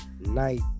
night